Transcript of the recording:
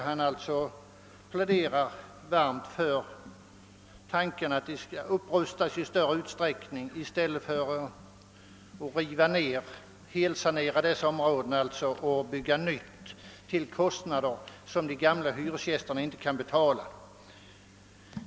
Herr Svenning pläderade varmt för tanken att dessa bostäder skall rustas upp i större utsträckning i stället för att man helsanerar dessa områden, d. v. s. river ned dem och bygger nytt till kostnader som de gamla hyresgästerna inte kan betala.